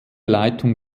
leitung